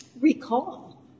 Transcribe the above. recall